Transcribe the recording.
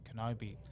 Kenobi